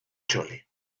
chole